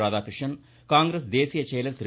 ராதாகிருஷ்ணன் காங்கிரஸ் தேசிய செயலர் திரு